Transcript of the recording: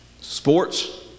sports